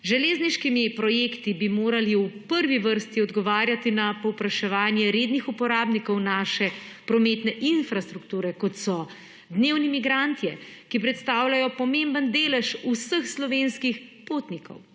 železniškimi projekti bi morali v prvi vrsti odgovarjati na povpraševanje rednih uporabnikov naše prometne infrastrukture kot so dnevni migrantje, ki predstavljajo pomemben delež vseh slovenskih potnikov.